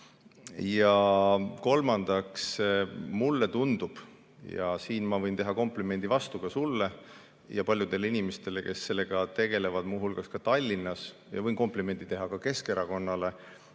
Ja kolmandaks, mulle tundub – ja siin võin ma teha vastukomplimendi sulle ja paljudele inimestele, kes sellega tegelevad, muu hulgas Tallinnas, võin komplimendi teha ka Keskerakonnale